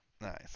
Nice